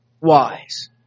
wise